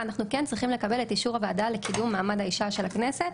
ואנחנו כן צריכים לקבל את אישור הוועדה לקידום מעמד האישה של הכנסת,